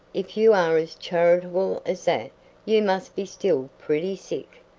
if you are as charitable as that you must be still pretty sick.